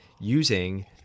using-